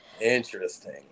Interesting